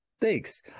Thanks